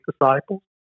disciples